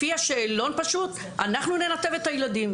לפי השאלון אנחנו ננתב את הילדים.